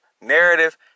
narrative